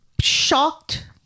shocked